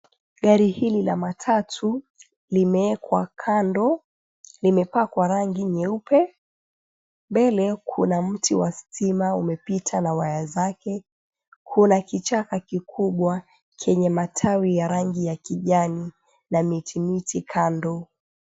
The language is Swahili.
Gari hili la matatu limeekwa kando limepakwa rangi nyeupe. Mbele kuna mti wa stima umepita na waya zake. Kuna kichaka kikubwa chenye matawi ya rangi ya kijani na miti miti kando.